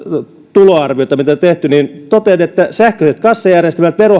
tuloarviota mitä on tehty niin totean että sähköiset kassajärjestelmät